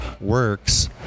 works